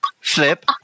Flip